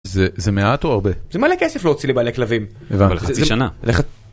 זה מעט או הרבה זה מלא כסף להוציא לבעלי כלבים אבל חצי שנה.